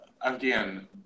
again